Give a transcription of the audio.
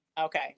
Okay